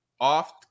off